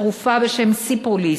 תרופה בשם "סיפרוליס",